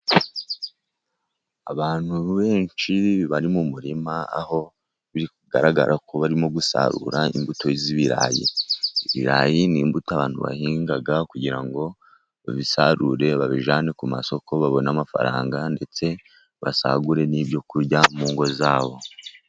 Abantu benshi bari mu murima aho biri kugaragara ko barimo gusarura imbuto z'ibirayi, ibirayi n'imbuto abantu bahingaga kugira ngo babisarure babijyanane ku masoko babone amafaranga ndetse basagure n'ibyo kurya mu ngo zabo.